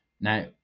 now